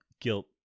guilt